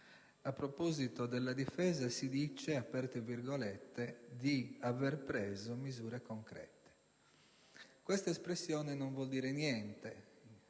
A proposito della difesa si dice: «di avere preso misure concrete». Questa espressione non vuole dire niente,